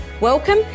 Welcome